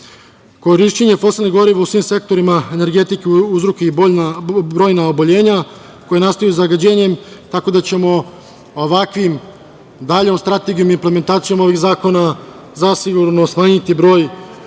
fosilnih goriva u svim sektorima energetike uzrok su i brojna oboljenja koja nastaju zagađenjem. Tako da ćemo ovakvom daljom strategijom i implementacijom ovih zakona zasigurno smanjiti broj